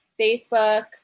Facebook